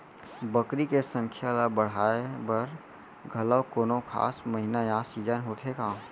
बकरी के संख्या ला बढ़ाए बर घलव कोनो खास महीना या सीजन होथे का?